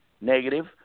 negative